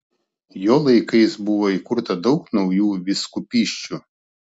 jo laikais buvo įkurta daug naujų vyskupysčių